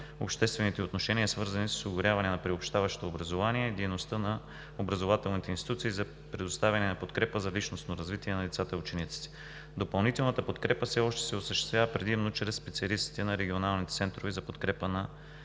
обществените отношение свързани с осигуряване на приобщаващото образование и дейността на образователната институция за предоставяне на подкрепа за личностно развитие на децата и учениците. Допълнителната подкрепа все още се осъществява предимно чрез специалистите на регионалните центрове за подкрепа на